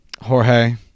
Jorge